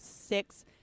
six